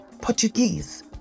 Portuguese